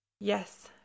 yes